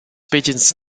pigeons